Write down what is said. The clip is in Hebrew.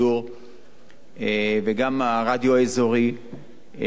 וגם הרדיו האזורי וגם אנחנו,